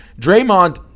Draymond –